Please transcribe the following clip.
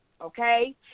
okay